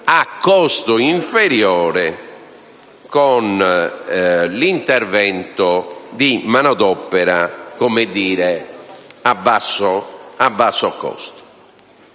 a costo inferiore, con l'intervento di manodopera a basso costo.